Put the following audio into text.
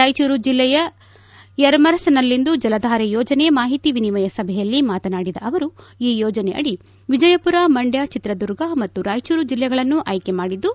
ರಾಯಚೂರು ಜಿಲ್ಲೆಯ ಯರಮರಸ್ನಲ್ಲಿಂದು ಜಲಧಾರೆ ಯೋಜನೆ ಮಾಹಿತಿ ವಿನಿಮಯ ಸಭೆಯಲ್ಲಿ ಮಾತನಾಡಿದ ಅವರು ಈ ಯೋಜನೆಯಡಿ ವಿಜಯಮರ ಮಂಡ್ಯ ಚಿತ್ರದುರ್ಗ ಮತ್ತು ರಾಯಚೂರು ಜಿಲ್ಲೆಗಳನ್ನು ಆಯ್ಕೆ ಮಾಡಿದ್ದು